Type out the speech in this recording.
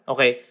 Okay